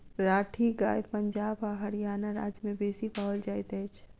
राठी गाय पंजाब आ हरयाणा राज्य में बेसी पाओल जाइत अछि